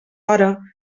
hora